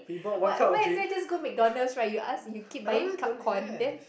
but might as well go McDonalds right you ask you keep buying cup corn then